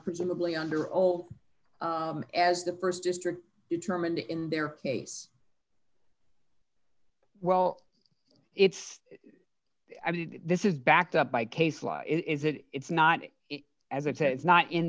presumably under old as the st district determined in their case well it's i mean this is backed up by case law is it it's not as if it's not in